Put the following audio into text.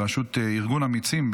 ארגון אמיצים,